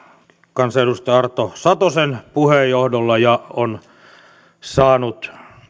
kansanedustaja arto satosen puheenjohdolla ja saanut